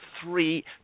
three